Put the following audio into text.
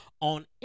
on